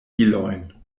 ilojn